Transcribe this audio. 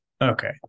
Okay